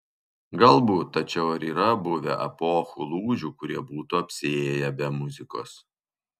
galbūt tačiau ar yra buvę epochų lūžių kurie būtų apsiėję be muzikos